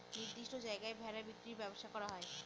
নির্দিষ্ট জায়গায় ভেড়া বিক্রির ব্যবসা করা হয়